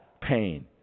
pain